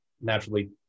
naturally